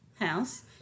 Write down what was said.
house